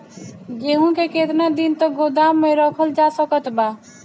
गेहूँ के केतना दिन तक गोदाम मे रखल जा सकत बा?